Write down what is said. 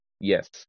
Yes